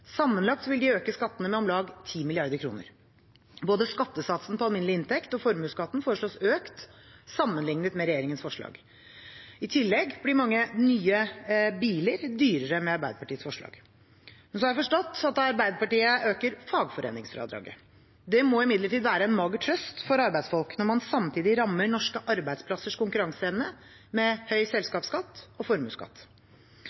Sammenlagt vil de øke skattene med om lag 10 mrd. kr. Både skattesatsen på alminnelig inntekt og formuesskatten foreslås økt sammenlignet med regjeringens forslag. I tillegg blir mange nye biler dyrere med Arbeiderpartiets forslag. Men jeg har forstått at Arbeiderpartiet øker fagforeningsfradraget. Det må imidlertid være en mager trøst for arbeidsfolk når man samtidig rammer norske arbeidsplassers konkurranseevne med høy